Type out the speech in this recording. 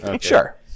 Sure